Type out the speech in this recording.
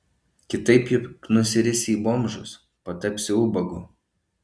kitaip juk nusirisi į bomžus patapsi ubagu